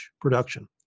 production